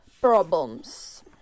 problems